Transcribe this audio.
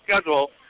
schedule